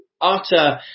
utter